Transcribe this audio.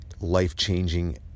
Life-changing